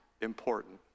important